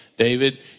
David